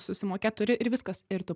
susimokėt turi ir viskas ir tu